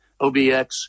OBX